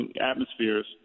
atmospheres